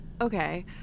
okay